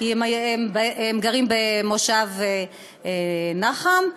כי הם גרים במושב נחם,